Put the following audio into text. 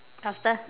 faster